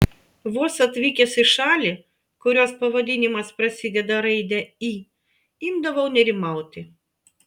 vos atvykęs į šalį kurios pavadinimas prasideda raide i imdavau nerimauti